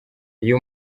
iyo